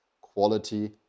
quality